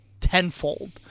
tenfold